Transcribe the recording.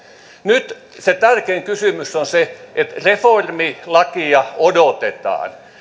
nyt se tärkein kysymys on se että reformilakia odotetaan